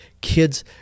kids